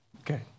Okay